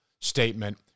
statement